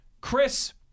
Chris